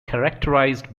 characterized